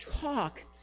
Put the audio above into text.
talk